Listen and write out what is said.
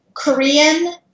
Korean